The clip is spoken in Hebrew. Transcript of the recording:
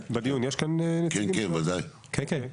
כן, בוודאי.